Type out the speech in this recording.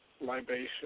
Libation